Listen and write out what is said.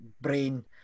brain